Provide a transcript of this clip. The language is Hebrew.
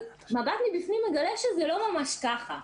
מבט מבפנים מגלה שזה לא ממש ככה.